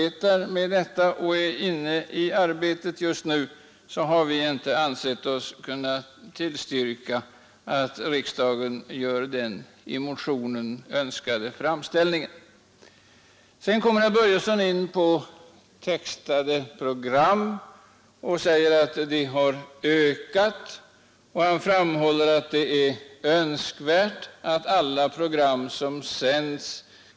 Och när det alltså är en utredning som just nu arbetar med detta har vi inom utskottet inte ansett oss kunna tillstyrka att riksdagen gör den i motionen önskade framställningen. Sedan kom herr Börjesson in på textade program och noterade med tillfredsställelse att antalet sådana har ökat. Herr Börjesson framhöll också att det är önskvärt att de döva kan ta del av alla program som sänds.